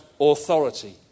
authority